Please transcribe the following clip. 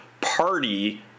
party